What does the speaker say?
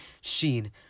Sheen